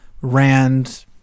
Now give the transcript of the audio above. Rand